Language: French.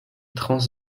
trans